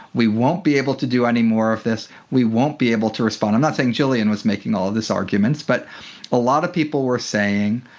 we won't be able to do any more of this, we won't be able to respond. i'm not saying gillian was making all this arguments, but a lot of people were saying,